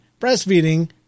breastfeeding